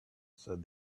said